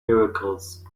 miracles